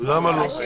למה לא?